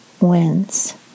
Wins